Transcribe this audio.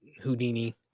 houdini